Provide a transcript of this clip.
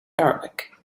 arabic